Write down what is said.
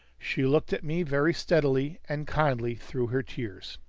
she looked at me very steadily and kindly through her tears.